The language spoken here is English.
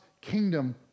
kingdom